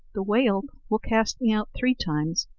the whale will cast me out three times.